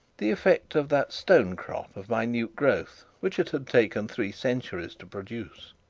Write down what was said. the effect of that stonecrop of minute growth, which it had taken three centuries to produce.